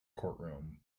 courtroom